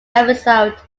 episode